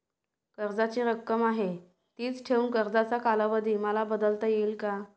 कर्जाची रक्कम आहे तिच ठेवून कर्जाचा कालावधी मला बदलता येईल का?